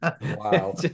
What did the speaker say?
Wow